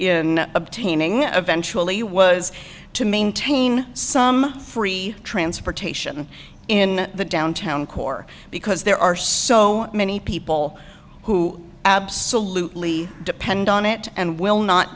in obtaining eventually was to maintain some free for taishan in the downtown core because there are so many people who absolutely depend on it and will not